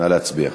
נא להצביע.